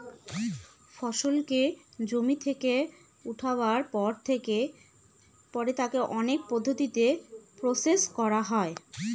ফসলকে জমি থেকে উঠাবার পর তাকে অনেক পদ্ধতিতে প্রসেস করা হয়